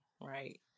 right